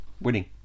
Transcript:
winning